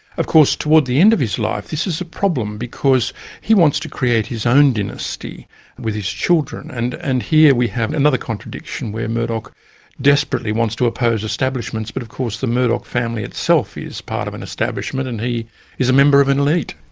of course toward the end of his life this is a problem because he wants to create his own dynasty with his children and and here we have another contradiction where murdoch desperately wants to oppose establishments but of course the murdoch family itself is part of an establishment and he is a member of an elite.